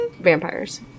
vampires